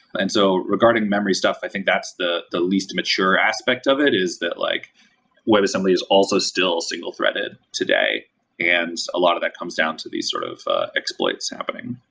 and so regarding memory stuff, i think that's the the least mature aspect of it, is that like webassembly is also still single threaded today and a lot of it comes down to these sort of exploits happening.